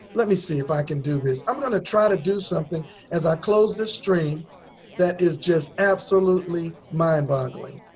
let me see if i can do this. i'm going to try to do something as i close this stream that is just absolutley mind boggling.